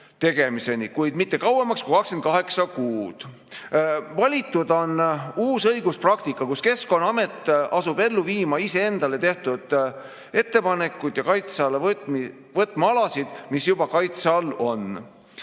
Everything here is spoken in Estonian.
kuid mitte kauemaks kui 28 kuud. Valitud on uus õiguspraktika, kus Keskkonnaamet asub ellu viima ise endale tehtud ettepanekuid ja kaitse alla võtma alasid, mis juba kaitse all on.